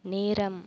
நேரம்